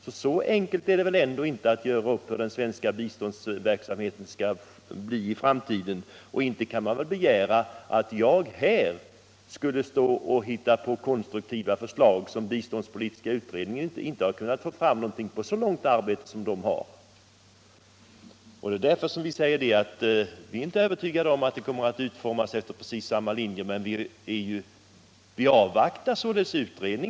Så alldeles enkelt är det väl inte att planera den svenska biståndsverksamheten i framtiden, och inte kan man vil heller begära att jag skulle stå här och hitta på konstruktiva förslag, när den biståndspolitiska utredningen inte har kunnat få fram någonting efter så lång tids arbete. Vi säger därför att vi inte är övertygade om att biståndet kommer att utformas enligt samma linje som nu men att vi avvaktar utredningens resultat.